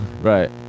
Right